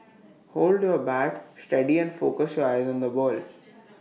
hold your bat steady and focus your eyes on the ball